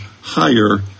higher